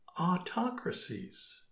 autocracies